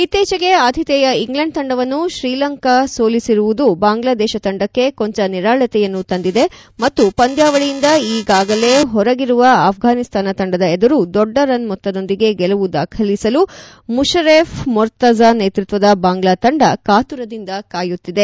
ಇತ್ತೀಚೆಗೆ ಆತಿಥೇಯ ಇಂಗ್ಲೆಂಡ್ ತಂಡವನ್ನು ಶ್ರೀಲಂಕಾವನ್ನು ಸೋಲಿಸಿರುವುದು ಬಾಂಗ್ಲಾದೇಶ ತಂಡಕ್ಕೆ ಕೊಂಚ ನಿರಾಳತೆಯನ್ನು ತಂದಿದೆ ಮತ್ತು ಪಂದ್ಯಾವಳಿಯಿಂದ ಈಗಾಗಲೇ ಹೊರಗಿರುವ ಅಫ್ಟಾನಿಸ್ತಾನ ತಂಡದ ಎದುರು ದೊಡ್ಡ ರನ್ ಮೊತ್ತದೊಂದಿಗೆ ಗೆಲುವು ದಾಖಲಿಸಲು ಮಷರೇಫ್ ಮೊರ್ತಝಾ ನೇತ್ಪತ್ವದ ಬಾಂಗ್ಲಾ ತಂದ ಕಾತುರದಿಂದ ಕಾಯುತ್ತಿದೆ